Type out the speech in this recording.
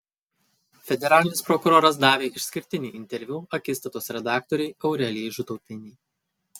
federalinis prokuroras davė išskirtinį interviu akistatos redaktorei aurelijai žutautienei